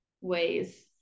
ways